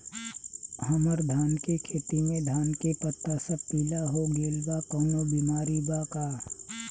हमर धान के खेती में धान के पता सब पीला हो गेल बा कवनों बिमारी बा का?